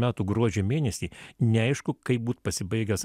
metų gruodžio mėnesį neaišku kaip būt pasibaigęs